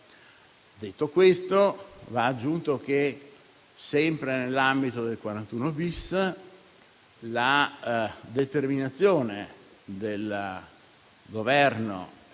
Detto questo, va aggiunto che, sempre nell'ambito del 41-*bis*, la determinazione del Governo - che